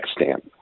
stamp